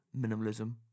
minimalism